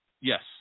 Yes